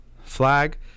flag